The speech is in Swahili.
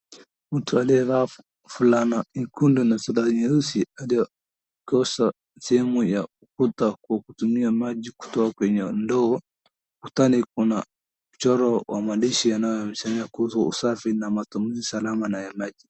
Mtu aliyevaa fulana nyekundu na suruali nyeusi aliyekosa sehemu ya kuta kwa kutumia maji kutoka kwenye ndoo. Ukutani kuna mchoro wa mwandishi anayesemea kuhusu usafi na matumizi salama na ya maji.